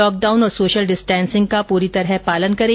lockdown और social distancing का पूरी तरह पालन करें